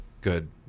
Good